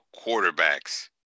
quarterbacks